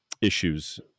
issues